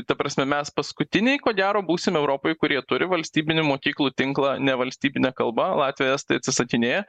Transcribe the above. ta prasme mes paskutiniai ko gero būsim europoj kurie turi valstybinių mokyklų tinklą nevalstybine kalba latviai estai atsisakinėja